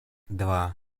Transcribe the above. два